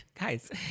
Guys